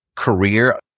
Career